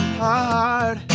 hard